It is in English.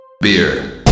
Beer